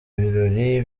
birori